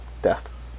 death